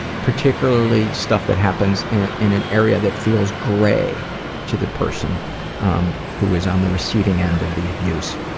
particularly stuff that happens in an area that feels gray to the person um who is on the receiving end of the abuse.